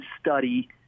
study